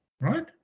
right